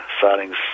sightings